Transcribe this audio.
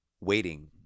waiting